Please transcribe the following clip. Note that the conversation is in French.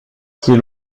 qu’il